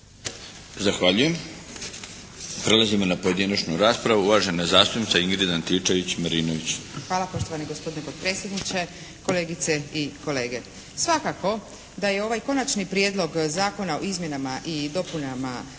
Zahvaljujem. Prelazimo na pojedinačnu raspravu. Uvažena zastupnica Ingrid Antičević-Marinović. **Antičević Marinović, Ingrid (SDP)** Hvala poštovani gospodine potpredsjedniče. Kolegice i kolege. Svakako da je ovaj Konačni prijedlog Zakona o izmjenama i dopunama